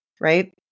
right